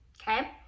okay